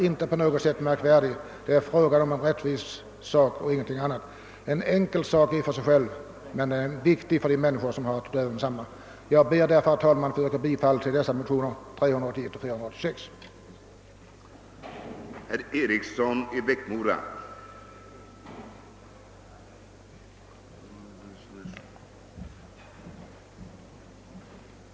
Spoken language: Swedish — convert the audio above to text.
Det är fråga om en rättvisesak och ingenting annat, en i och för sig enkel åtgärd, men viktig för dem som berörs. Då jag av formella skäl är förhindrad att yrka bifall till motionerna I: 381 och II: 486 har jag, herr talman, inget yrkande.